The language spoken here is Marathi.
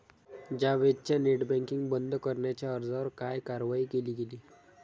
जावेदच्या नेट बँकिंग बंद करण्याच्या अर्जावर काय कारवाई केली गेली?